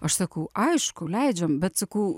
aš sakau aišku leidžiam bet sakau